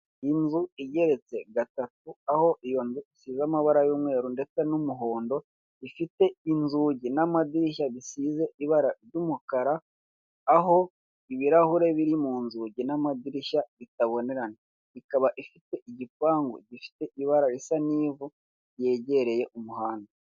Inzu igereretse gatatu aho isize amabara y'umweru ndetse n'umuhondo, bifite inzugi n'amadirishya bisize ibara ry'umukara, aho ibirahuri biri mu nzugi n'amadirishya bitabonerana, ikaba ifite igipangu gifite ibara risa n'ivu ryegereye umuhanda.